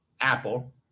Apple